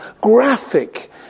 graphic